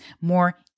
more